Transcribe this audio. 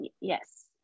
Yes